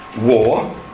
war